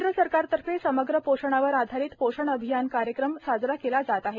केंद्र सरकारतर्फे समग्र पोषणावर आधारित पोषण अभियान कार्यक्रम चालवला जात आहे